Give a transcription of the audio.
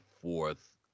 fourth